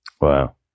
Wow